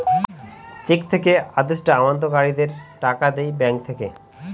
check থেকে আদেষ্টা আমানতকারীদের টাকা দেয় ব্যাঙ্ক থেকে